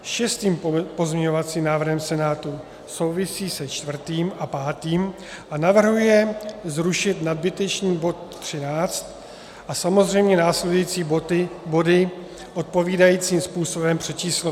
Šestý pozměňovací návrh Senátu souvisí se čtvrtým a pátým a navrhuje zrušit nadbytečný bod 13 a samozřejmě následující body odpovídajícím způsobem přečíslovat.